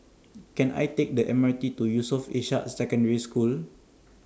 Can I Take The M R T to Yusof Ishak Secondary School